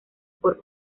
por